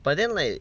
but then like